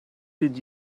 did